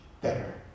better